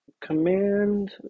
Command